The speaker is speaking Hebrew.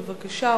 בבקשה,